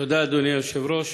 תודה, אדוני היושב-ראש.